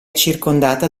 circondata